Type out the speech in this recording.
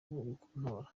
kuntora